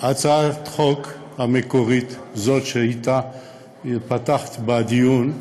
הצעת החוק המקורית, זאת שאתה פתחת בדיון,